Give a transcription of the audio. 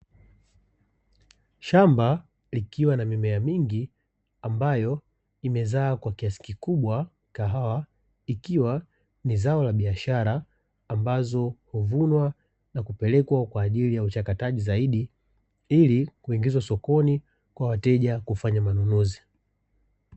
Shamba likiwa na mimea mingi ambayo imezaa kwa kiasi kikubwa, kahawa ikiwa ni zao la biashara ambazo huvunwa na kupelekwa kwa ajili ya uchakataji zaidi ili kuingizwa sokoni kwa wateja kufanya manunuzi.